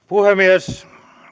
puhemies